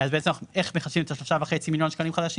אז בעצם איך מחשבים את 3ה-3.5 מיליון שקלים חדשים?